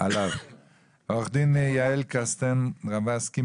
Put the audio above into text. עו"ד יעל קסטן-רבסקי,